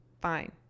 fine